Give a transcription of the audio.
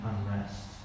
unrest